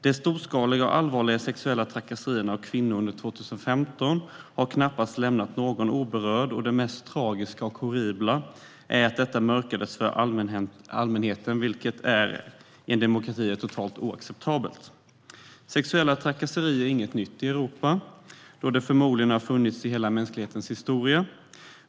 De storskaliga och allvarliga sexuella trakasserierna av kvinnor under 2015 har knappast lämnat någon oberörd. Det mest tragiska och horribla är att detta mörkades för allmänheten, vilket i en demokrati är totalt oacceptabelt. Sexuella trakasserier är inget nytt i Europa, då det förmodligen har funnits i hela mänsklighetens historia.